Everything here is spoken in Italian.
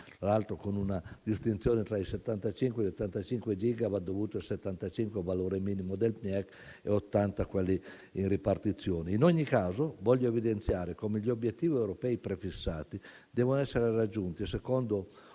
tra l'altro, con una distinzione tra i 75 e gli 85 gigawatt (75 come valore minimo del PNIEC e 80 quelli in ripartizione). In ogni caso, voglio evidenziare come gli obiettivi europei prefissati devono essere raggiunti secondo un oculato